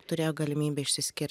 turėjo galimybę išsiskirti